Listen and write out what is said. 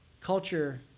culture